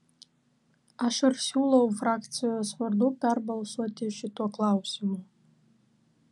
aš ir siūlau frakcijos vardu perbalsuoti šituo klausimu